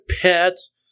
pets